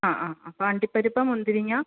ആ ആ ആ അണ്ടിപ്പരിപ്പ് മുന്തിരിങ്ങ